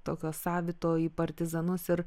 tokio savito į partizanus ir